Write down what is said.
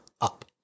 Up